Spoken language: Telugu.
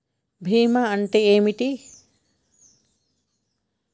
బీమా అంటే ఏమిటి?